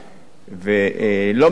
ולא מעט ניצולי שואה,